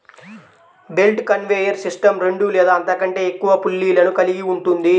belt conveyor system రెండు లేదా అంతకంటే ఎక్కువ పుల్లీలను కలిగి ఉంటుంది